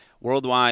worldwide